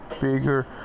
bigger